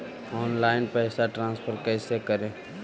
Online पैसा transfer कैसे करे?